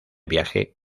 viaje